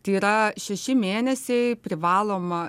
tai yra šeši mėnesiai privaloma